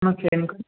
ହଁ ସେଣ୍ଡ୍ କଲେ